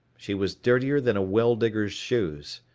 she was dirtier than a well-digger's shoes.